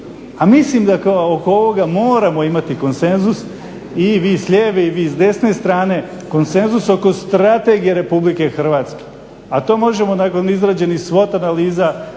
a mislim da oko ovoga moramo imati konsenzus i vi s lijeve i vi s desne strane, konsenzus oko strategija RH, a to možemo nakon izrađenih SWOT analiza,